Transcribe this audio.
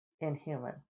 inhuman